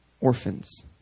orphans